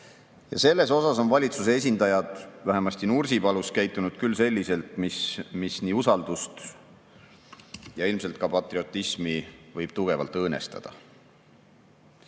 selles osas on valitsuse esindajad, vähemasti Nursipalus, käitunud küll selliselt, mis nii usaldust kui ilmselt ka patriotismi võib tugevalt õõnestada.